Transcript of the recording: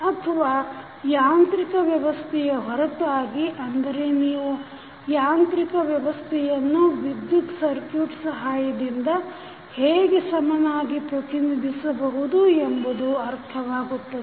ಅಥವಾ ತಾಂತ್ರಿಕ ವ್ಯವಸ್ಥೆಯ ಹೊರತಾಗಿ ಅಂದರೆ ನೀವು ಯಾಂತ್ರಿಕ ವ್ಯವಸ್ಥೆಯನ್ನು ವಿದ್ಯುತ್ ಸರ್ಕುಟ್ ಸಹಾಯದಿಂದ ಹೇಗೆ ಸಮನಾಗಿ ಪ್ರತಿನಿಧಿಸಬಹುದು ಎಂಬುದು ಅರ್ಥವಾಗುತ್ತದೆ